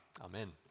Amen